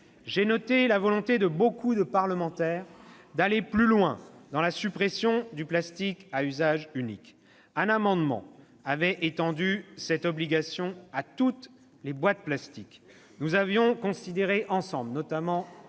j'ai noté la volonté de beaucoup de parlementaires d'aller plus loin dans la suppression du plastique à usage unique. Un amendement avait étendu cette obligation à toutes les boîtes plastiques. Nous avions considéré ensemble qu'il